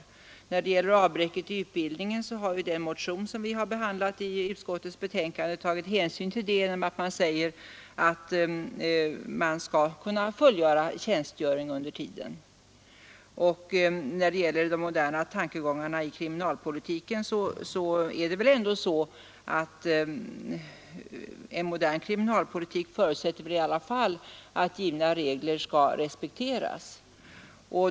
Men när det gäller avbräck i utbildningen har vi i den motion som behandlats i utskottets betänkande tagit hänsyn till det genom att säga att tjänstgöring skall kunna fullgöras under tiden. Beträffande de moderna tankegångarna i kriminalpolitiken är det väl ändå så att även en modern kriminalpolitik förutsätter att givna regler skall respekteras.